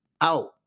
out